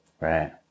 Right